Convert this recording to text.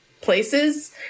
places